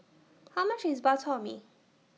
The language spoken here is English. How much IS Bak Chor Mee